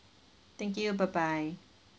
thank you bye bye